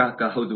ಗ್ರಾಹಕ ಹೌದು